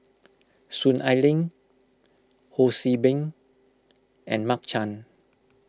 Soon Ai Ling Ho See Beng and Mark Chan